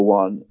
one